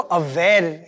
aware